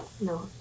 No